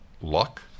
luck –